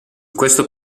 questo